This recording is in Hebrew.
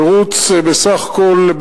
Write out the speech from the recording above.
בסך הכול,